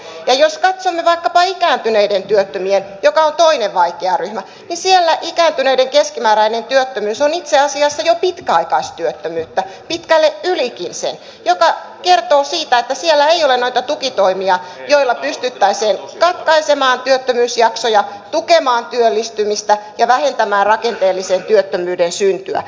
ja jos katsomme vaikkapa ikääntyneitä työttömiä jotka ovat toinen vaikea ryhmä niin siellä ikääntyneiden keskimääräinen työttömyys on itse asiassa jo pitkäaikaistyöttömyyttä pitkälle ylikin sen mikä kertoo siitä että siellä ei ole noita tukitoimia joilla pystyttäisiin katkaisemaan työttömyysjaksoja tukemaan työllistymistä ja vähentämään rakenteellisen työttömyyden syntyä